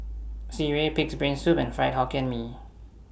Sireh Pig'S Brain Soup and Fried Hokkien Mee